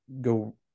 go